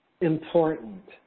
important